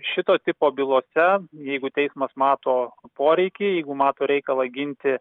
šito tipo bylose jeigu teismas mato poreikį jeigu mato reikalą ginti